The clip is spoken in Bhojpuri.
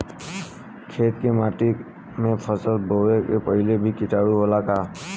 खेत के माटी मे फसल बोवे से पहिले भी किटाणु होला का?